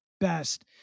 best